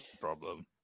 problem